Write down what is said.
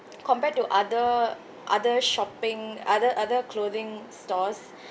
compared to other other shopping other other clothing stores